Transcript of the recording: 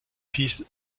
fils